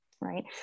right